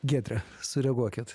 giedre sureaguokit